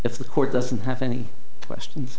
if the court doesn't have any questions